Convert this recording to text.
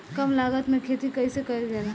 कम लागत में खेती कइसे कइल जाला?